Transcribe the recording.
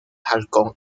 halcón